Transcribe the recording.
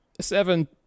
Seven